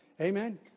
Amen